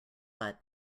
but